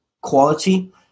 quality